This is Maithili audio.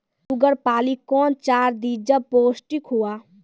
शुगर पाली कौन चार दिय जब पोस्टिक हुआ?